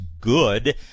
good